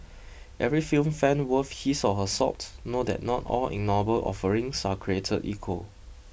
every film fan worth his or her salt know that not all ignoble offerings are created equal